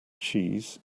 cheese